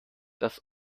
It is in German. das